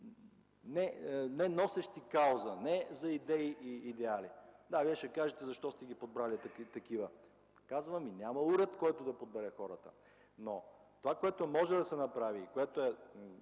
неносещи кауза, не за идеи и за идеали. Да, Вие ще кажете: „Защо сте ги подбрали такива?”, но Ви казвам – няма уред, който да подбере хората. Това обаче, което може да се направи, което е